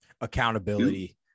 Accountability